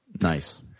Nice